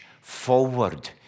forward